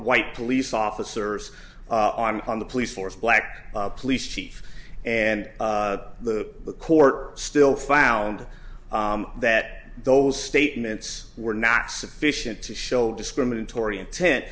white police officers on the police force black police chief and the the court still found that those statements were not sufficient to show discriminatory intent